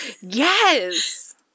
Yes